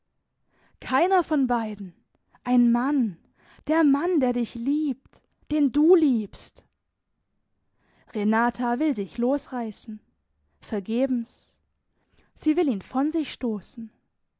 keiner von beiden ein mann der mann der dich liebt den du liebst renata will sich losreißen vergebens sie will ihn von sich stoßen